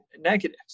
negatives